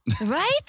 Right